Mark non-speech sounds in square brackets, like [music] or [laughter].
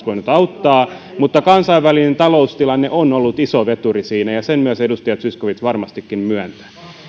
[unintelligible] voinut auttaa mutta kansainvälinen taloustilanne on ollut iso veturi siinä ja sen myös edustaja zyskowicz varmastikin myöntää